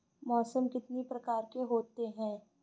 मौसम कितनी प्रकार के होते हैं?